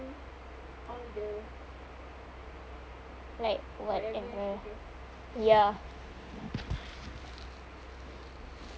like whatever ya